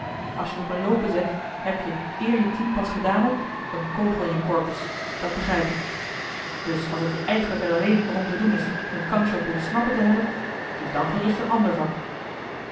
als je het op een loopen zet heb je eer je tien pas gedaan hebt een kogel in je corpus dat begrijp je dus als het je eigenlijk en alleen er om te doen is een kansje op ontsnappen te hebben kies dan gerust een ander vak